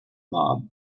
mob